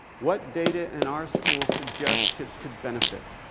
what data in our school suggests kids could benefit?